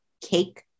cake